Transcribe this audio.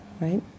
right